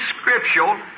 scriptural